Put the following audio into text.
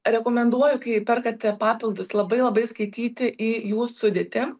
rekomenduoju kai perkate papildus labai labai skaityti į jų sudėtį